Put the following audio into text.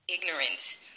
ignorant